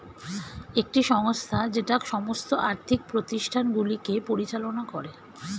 একটি সংস্থা যেটা সমস্ত আর্থিক প্রতিষ্ঠানগুলিকে পরিচালনা করে